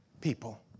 people